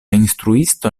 instruisto